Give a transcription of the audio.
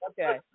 okay